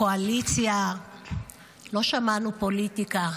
קואליציה, ולא שמענו פוליטיקה.